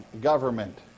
government